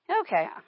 Okay